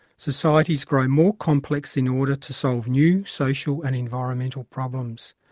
societies grow more complex in order to solve new social and environmental problems.